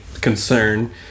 concern